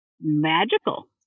magical